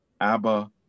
Abba